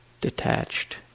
detached